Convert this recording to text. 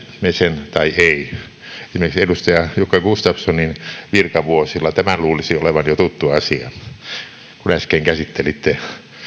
me sen tai emme esimerkiksi edustaja jukka gustafssonin virkavuosilla tämän luulisi olevan jo tuttu asia kun äsken käsittelitte